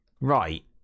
right